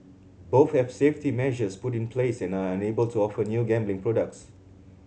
both have safety measures put in place and are unable to offer new gambling products